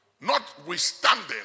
Notwithstanding